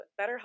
BetterHelp